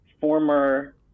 former